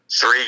Three